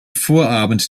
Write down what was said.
vorabend